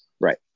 Right